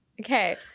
Okay